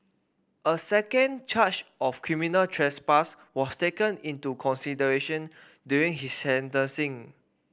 a second charge of criminal trespass was taken into consideration during his sentencing